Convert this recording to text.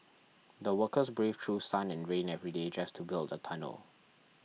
the workers braved through sun and rain every day just to build the tunnel